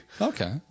Okay